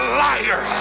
liar